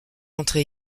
entrer